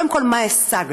קודם כול, מה השגנו.